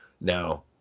Now